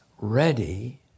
ready